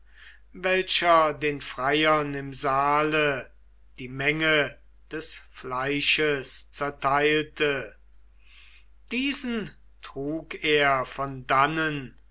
welcher den freiern im saale die menge des fleisches zerteilte diesen trug er von dannen